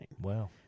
Wow